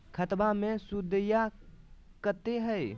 खतबा मे सुदीया कते हय?